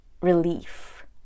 relief